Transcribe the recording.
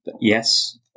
Yes